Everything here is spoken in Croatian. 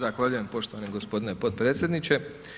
Zahvaljujem poštovani gospodine potpredsjedniče.